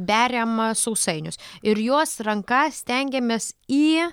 beriam sausainius ir juos ranka stengiamės į